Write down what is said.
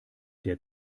der